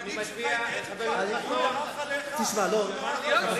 אלה היו החלטות ערכיות.